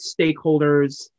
stakeholders